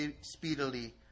speedily